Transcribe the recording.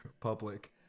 public